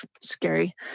scary